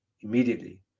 immediately